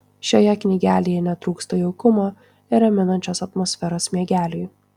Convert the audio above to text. šioje knygelėje netrūksta jaukumo ir raminančios atmosferos miegeliui